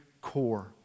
core